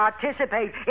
participate